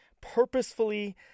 purposefully